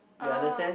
you understand